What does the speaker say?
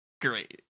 Great